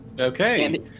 Okay